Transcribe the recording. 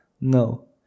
no